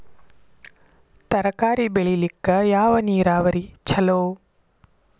ತರಕಾರಿ ಬೆಳಿಲಿಕ್ಕ ಯಾವ ನೇರಾವರಿ ಛಲೋ?